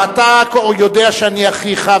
ואתה יודע שאני אחיך,